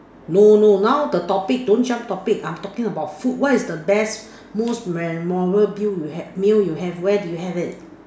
no no now the topic don't jump topic I'm talking about food what is the best most memorable meal meal you have where did you have it